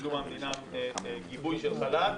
קיבלו מהמדינה גיבוי של חל"ת.